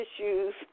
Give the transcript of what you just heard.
issues